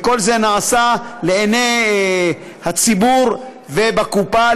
וכל זה נעשה לעיני הציבור ובקופה.